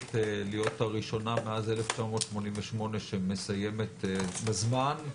ששואפת להיות הראשונה מאז 1988 שמסיימת בזמן,